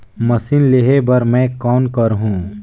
Machine लेहे बर मै कौन करहूं?